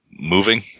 moving